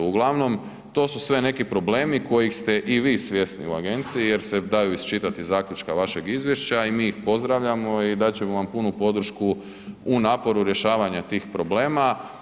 Uglavnom to su sve neki problemi kojih ste i vi svjesni u agenciji jer se daju iščitati iz zaključka vašeg izvješća i mi ih pozdravljamo i dat ćemo vam punu podršku u naporu rješavanja tih problema.